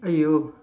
!aiyo!